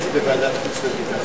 הצעת ועדת הכספים בדבר